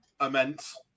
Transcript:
immense